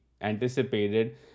anticipated